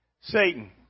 Satan